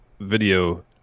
video